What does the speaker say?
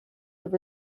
have